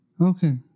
Okay